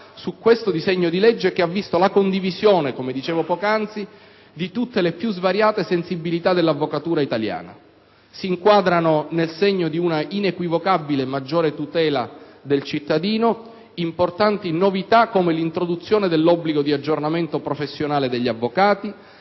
su questo disegno di legge, che ha visto la condivisione, come dicevo poc'anzi, di tutte le più svariate sensibilità dell'avvocatura italiana. Si inquadrano nel segno di un'inequivocabile maggiore tutela del cittadino importanti novità come l'introduzione dell'obbligo di aggiornamento professionale degli avvocati,